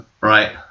Right